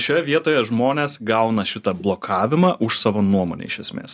šioje vietoje žmonės gauna šitą blokavimą už savo nuomonę iš esmės